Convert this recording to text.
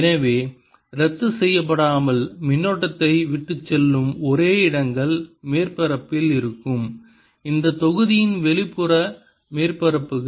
எனவே ரத்து செய்யப்படாமல் மின்னோட்டத்தை விட்டுச்செல்லும் ஒரே இடங்கள் மேற்பரப்பில் இருக்கும் இந்த தொகுதியின் வெளிப்புற மேற்பரப்புகள்